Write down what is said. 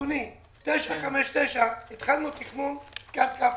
בתוכנית 959 התחלנו בתכנון קרקע פרטית.